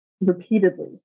repeatedly